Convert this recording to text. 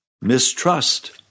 mistrust